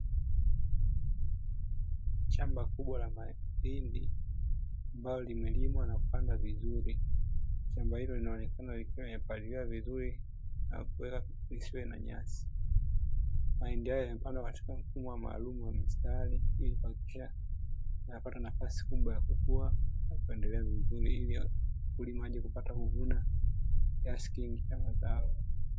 Shamba kubwa la mahindi ambalo limelimwa na kupandwa vizuri. Shamba hilo linaonekana liko limepaliwa vizuri na kuendelea kupaliliwa. Mahindi hayo yanapandwa katika mkunjo maalum wa mistari ili kuhakikisha yanapata nafasi kubwa ya kukua na kuendelea vizuri ili yule mkulimaji apate kuvuna ya kiasi kingi cha zao.